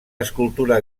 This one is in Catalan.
escultura